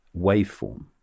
waveform